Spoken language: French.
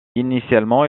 initialement